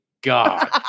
God